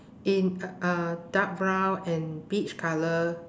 in a a dark brown and peach colour